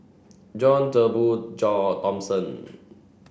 John Turnbull Thomson